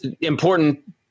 Important